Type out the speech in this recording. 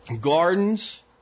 gardens